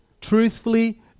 truthfully